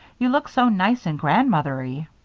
you look so nice and grandmothery.